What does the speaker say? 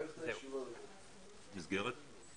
מסגרת?